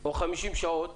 או 50 שעות